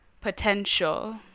potential